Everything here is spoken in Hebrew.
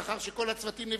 לאחר שכל הצוותים נפגשו,